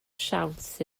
siawns